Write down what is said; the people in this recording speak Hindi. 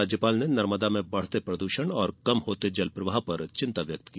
राज्यपाल ने नर्मदा में बढ़ते प्रदूषण और कम होते जल प्रवाह पर चिंता व्यक्त की